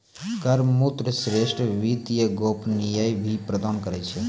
कर मुक्त क्षेत्र वित्तीय गोपनीयता भी प्रदान करै छै